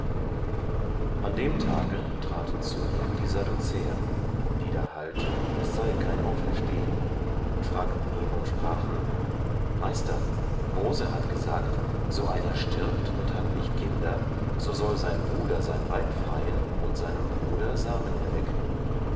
an dem tage traten zu ihm die sadduzäer die da halten es sei kein auferstehen und fragten ihn und sprachen meister mose hat gesagt so einer stirbt und hat nicht kinder so soll sein bruder sein weib freien und seinem bruder samen erwecken